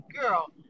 girl